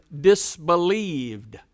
disbelieved